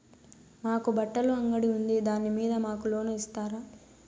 మాకు బట్టలు అంగడి ఉంది దాని మీద మాకు లోను ఇస్తారా